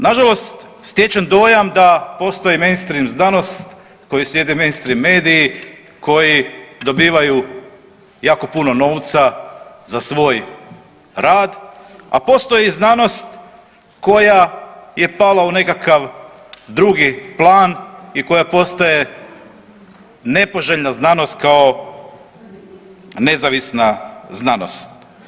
Nažalost, stječem dojam da posoji mainstream znanost koji slijede mainstream mediji koji dobivaju jako puno novca za svoj rad, a postoji znanost koja je pala u nekakav drugi plan i koja postaje nepoželjna znanost kao nezavisna znanost.